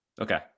okay